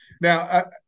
Now